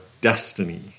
destiny